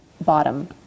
bottom